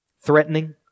threatening